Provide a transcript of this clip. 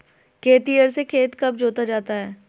खेतिहर से खेत कब जोता जाता है?